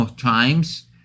times